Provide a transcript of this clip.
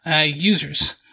users